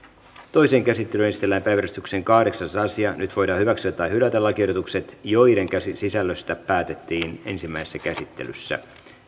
toiseen käsittelyyn esitellään päiväjärjestyksen kahdeksas asia nyt voidaan hyväksyä tai hylätä lakiehdotukset joiden sisällöstä päätettiin ensimmäisessä käsittelyssä